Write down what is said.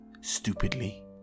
stupidly